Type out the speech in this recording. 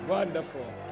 Wonderful